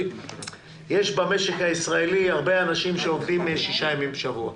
שיש במשק הישראלי הרבה אנשים שעובדים שישה ימים בשבוע.